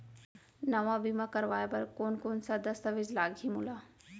नवा बीमा करवाय बर कोन कोन स दस्तावेज लागही मोला?